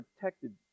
protected